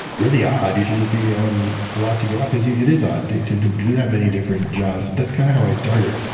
really odd. you should just be um allowed to go out. because it is odd to do do that many different jobs but that's kind of how i started.